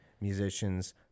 musicians